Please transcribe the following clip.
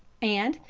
and,